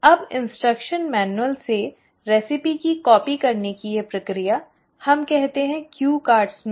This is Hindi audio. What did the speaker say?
अब अनुदेश पुस्तिका से नुस्खा की प्रतिलिपि करने की यह प्रक्रिया हम कहते हैं क्यू कार्ड में